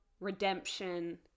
redemption